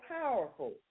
powerful